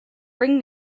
bring